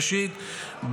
ראשית,